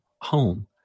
home